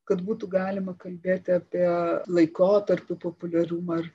kad būtų galima kalbėti apie laikotarpių populiarumą